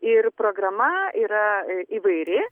ir programa yra įvairi